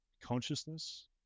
consciousness